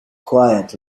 quiet